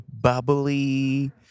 bubbly